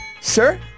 sir